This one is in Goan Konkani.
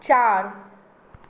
चार